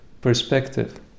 perspective